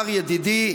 אמר ידידי,